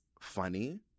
funny